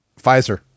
Pfizer